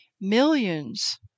millions